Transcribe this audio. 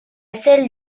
celle